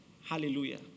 Hallelujah